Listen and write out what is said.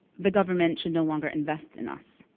the government should no longer invest in us.